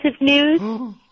news